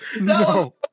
no